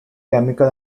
chemical